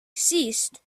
ceased